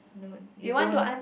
no you don't